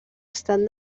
estat